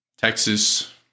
Texas